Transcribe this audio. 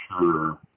sure